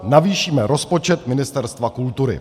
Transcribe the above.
Navýšíme rozpočet Ministerstva kultury.